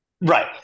right